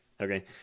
okay